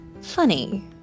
funny